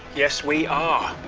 yes we are!